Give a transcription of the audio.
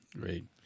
Great